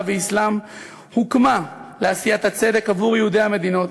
והאסלאם הוקמה לעשיית הצדק עבור יהודי המדינות,